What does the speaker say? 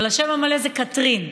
אבל השם המלא זה קטרין,